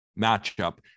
matchup